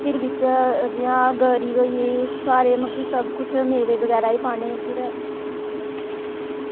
फिर बिच्च जि'यां गरी होई गी सुहारे मतलब कि सब कुछ मेबे बगैरा बी पाने फिर